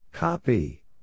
Copy